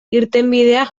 irtenbideak